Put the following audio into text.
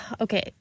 okay